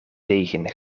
tegen